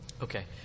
Okay